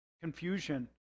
confusion